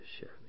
share